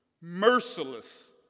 merciless